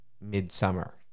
Midsummer